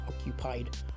occupied